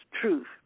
truth